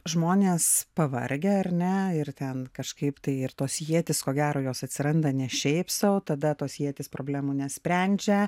žmonės pavargę ar ne ir ten kažkaip tai ir tos ietys ko gero jos atsiranda ne šiaip sau tada tos ietys problemų nesprendžia